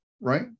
right